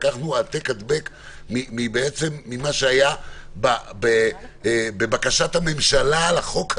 לקחנו העתק-הדבק ממה שהיה בבקשת הממשלה על החוק הזה.